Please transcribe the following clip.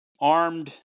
armed